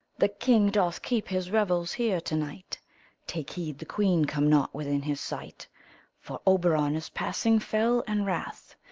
the king doth keep his revels here to-night take heed the queen come not within his sight for oberon is passing fell and wrath,